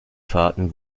fahrten